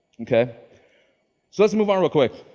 okay, so let's move on real quick.